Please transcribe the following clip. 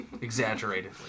Exaggeratedly